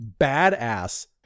badass